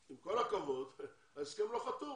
עם כל הכבוד ההסכם לא חתום,